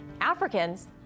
Africans